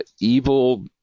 evil